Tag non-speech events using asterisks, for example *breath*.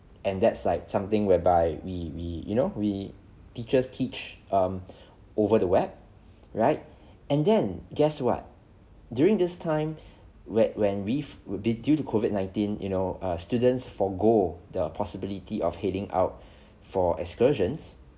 and that's like something whereby we we you know we teachers teach um *breath* over the web right *breath* and then guess what during this time *breath* when when we've due to COVID nineteen you know uh students forgo the possibility of heading out *breath* for excursions